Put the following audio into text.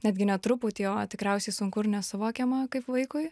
netgi ne truputį o tikriausiai sunku ir nesuvokiama kaip vaikui